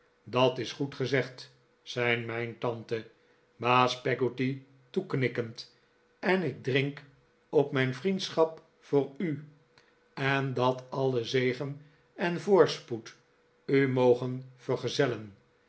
dat is goed gezegd zei mijn tante baas peggotty toeknikkend en ik drink op mijn vriendschap voor u en dat alle zegen en voorspoed u mogen vergezellen